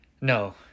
No